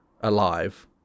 alive